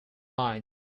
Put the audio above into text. mind